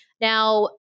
Now